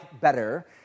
better